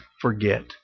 forget